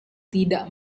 tidak